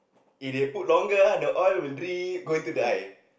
if they put longer ah the oil will drip then go into the eye